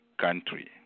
country